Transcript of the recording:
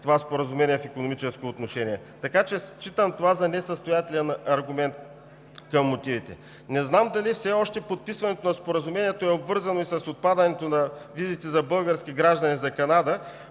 за развитието на България. Така че считам това за несъстоятелен аргумент към мотивите. Не знам дали все още подписването на Споразумението е обвързано и с отпадането на визите за български граждани за Канада,